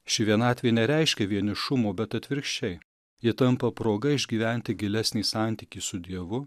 ši vienatvė nereiškia vienišumo bet atvirkščiai ji tampa proga išgyventi gilesnį santykį su dievu